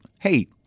hey